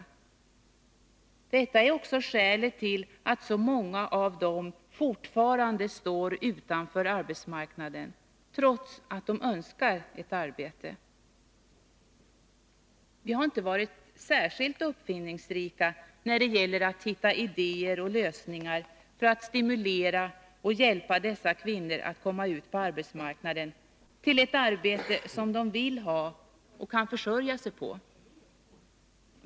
Detta är också skälet till att så många av dessa fortfarande står utanför arbetsmarknaden, trots att de önskar ett arbete. Vi har inte varit särskilt uppfinningsrika när det gäller att hitta idéer och lösningar för att stimulera och hjälpa dessa kvinnor att komma ut på arbetsmarknaden till ett arbete som de vill ha och kan försörja sig på.